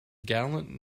gallant